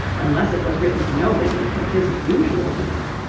unless it was written to nobody, which isn't usual, you know